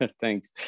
Thanks